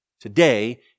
today